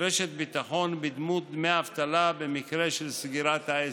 רשת ביטחון בדמות דמי האבטלה במקרה של סגירת העסק.